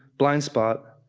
blind spot,